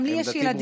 גם לי יש ילדים.